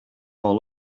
all